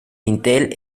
intel